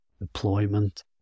deployment